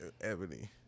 ebony